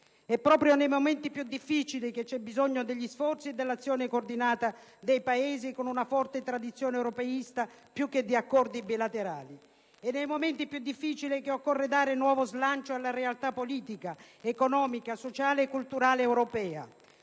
È proprio nei momenti più difficili che c'è bisogno degli sforzi e dell'azione coordinata dei Paesi con una forte tradizione europeista, più che di accordi bilaterali. È nei momenti più difficili che occorre dare nuovo slancio alla realtà politica, economica, sociale e culturale europea.